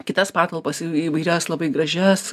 kitas patalpas įvairias labai gražias